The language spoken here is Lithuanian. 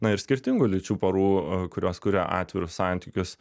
na ir skirtingų lyčių porų kurios kuria atvirus santykius